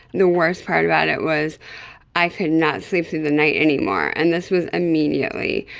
the worst part about it was i could not sleep through the night anymore, and this was immediately.